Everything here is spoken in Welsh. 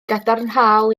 gadarnhaol